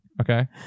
okay